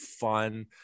fun